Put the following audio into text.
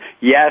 Yes